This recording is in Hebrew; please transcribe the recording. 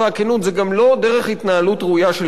זו גם לא דרך התנהלות ראויה של כנסת.